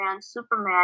superman